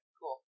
cool